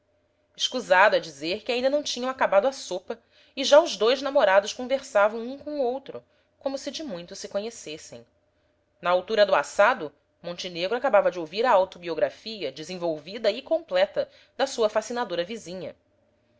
escusado é dizer que ainda não tinham acabado a sopa e já os dois namorados conversavam um com o outro como se de muito se conhecessem na altura do assado montenegro acabava de ouvir a autobiografia desenvolvida e completa da sua fascinadora vizinha